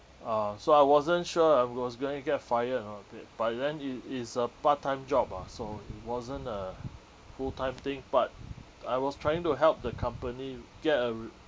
uh so I wasn't sure I was going to get fired or not bit but then it is a part time job ah so it wasn't a full time thing but I was trying to help the company get a